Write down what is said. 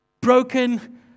broken